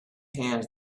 hand